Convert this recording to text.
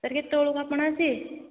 sir କେତେବେଳକୁ ଆପଣ ଆସିବେ